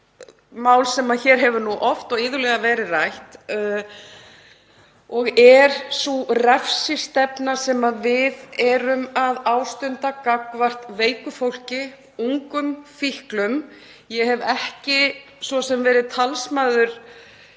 mál sem hér hefur oft og iðulega verið rætt, þ.e. sú refsistefna sem við erum að ástunda gagnvart veiku fólki, ungum fíklum. Ég hef svo sem ekki verið talsmaður